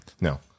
no